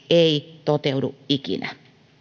ei toteudu ikinä